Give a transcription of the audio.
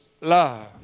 love